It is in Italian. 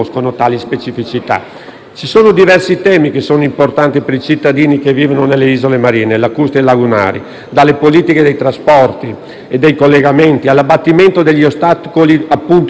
Ci sono diversi temi importanti per i cittadini che vivono nelle isole marine, lacustri e lagunari, dalle politiche dei trasposti e dei collegamenti, all'abbattimento degli ostacoli dovuti all'insularità,